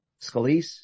Scalise